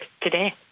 today